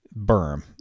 berm